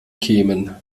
kämen